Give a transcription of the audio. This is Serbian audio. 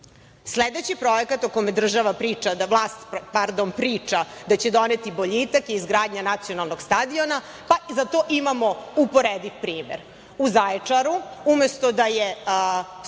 reke. Sledeći projekat o kome vlast priča da će doneti boljitak je izgradnja nacionalnog stadiona, pa za to imamo uporediv primer. U Zaječaru umesto da je